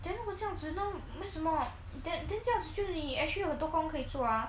then 如果这样子 no 为什么 then then 这样子就你 actually 有很多工可以做啊